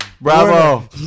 Bravo